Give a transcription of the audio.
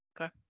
Okay